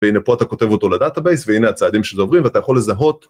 והנה פה אתה כותב אותו לדאטאבייס והנה הצעדים שזה עוברים ואתה יכול לזהות.